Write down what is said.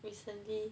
recently